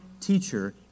teacher